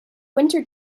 winter